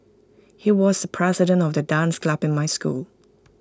he was the president of the dance club in my school